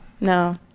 no